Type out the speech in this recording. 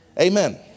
Amen